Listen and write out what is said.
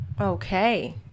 okay